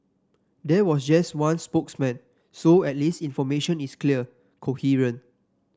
there was just one spokesman so at least information is clear coherent